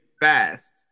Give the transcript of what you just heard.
fast